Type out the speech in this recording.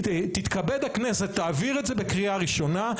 תתכבד הכנסת, תעביר את זה בקריאה ראשונה.